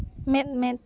ᱢᱮᱸᱫ ᱢᱮᱸᱫ